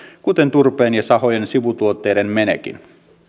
kuten turpeen ja sahojen sivutuotteiden menekin